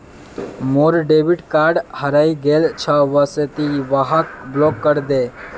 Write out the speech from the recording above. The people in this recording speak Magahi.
मोर डेबिट कार्ड हरइ गेल छ वा से ति वहाक ब्लॉक करे दे